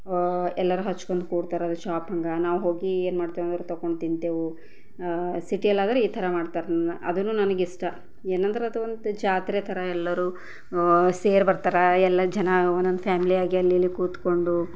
ಎಲ್ಲರೂ ಹಚ್ಕೊಂಡು ಕೂರ್ತಾರೆ ಶಾಪ್ ಹಂಗೆ ನಾವು ಹೋಗಿ ಏನು ಮಾಡ್ತೇವಂದ್ರೆ ಹೋಗಿ ತೊಗೊಂಡು ತಿಂತೇವು ಸಿಟಿಯಲ್ಲಾದ್ರೆ ಈ ಥರ ಮಾಡ್ತಾರೆ ಅದೂ ನನಗಿಷ್ಟ ಏನೆಂದರೆ ಅದೊಂದು ಜಾತ್ರೆ ಥರ ಎಲ್ಲರೂ ಸೇರಿ ಬರ್ತಾರೆ ಎಲ್ಲ ಜನ ಒಂದೊಂದು ಫ್ಯಾಮ್ಲಿಯಾಗಿ ಅಲ್ಲಲ್ಲಿ ಕೂತ್ಕೊಂಡು